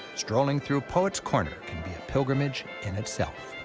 strolling through poets' corner can be a pilgrimage in itself.